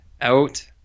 Out